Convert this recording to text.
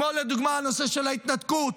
כמו לדוגמה הנושא של ההתנתקות,